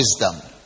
wisdom